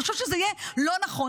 אני חושבת שזה יהיה לא נכון.